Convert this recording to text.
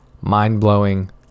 mind-blowing